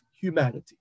humanity